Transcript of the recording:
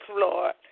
Lord